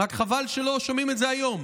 רק חבל שלא שומעים את זה היום: